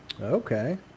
Okay